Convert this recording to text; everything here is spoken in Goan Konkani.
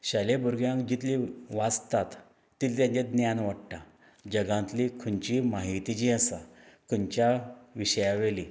शालेय भुरग्यांग जितली वाचतात तितलें तेंचें ज्ञान वाडटा जगांतली खंयचीय माहिती जी आसा खंयच्या विशया वयली